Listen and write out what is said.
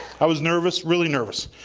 i was nervous, really nervous.